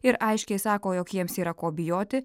ir aiškiai sako jog jiems yra ko bijoti